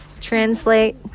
Translate